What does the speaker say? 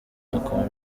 dukora